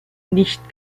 nicht